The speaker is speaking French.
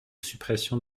suppression